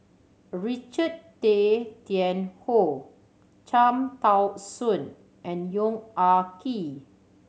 Richard Tay Tian Hoe Cham Tao Soon and Yong Ah Kee